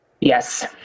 Yes